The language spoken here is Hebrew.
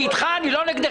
אני איתך, אני לא נגדך.